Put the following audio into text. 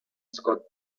scott